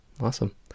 Awesome